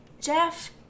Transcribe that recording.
Jeff